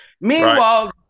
Meanwhile